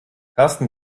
karsten